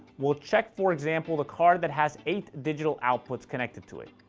we'll check, for example, the card that has eight digital outputs connected to it.